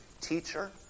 Teacher